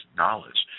knowledge